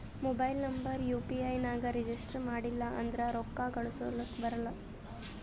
mobile number U P I ನಾಗ್ register ಮಾಡಿಲ್ಲ ಅಂದುರ್ ರೊಕ್ಕಾ ಕಳುಸ್ಲಕ ಬರಲ್ಲ